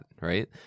right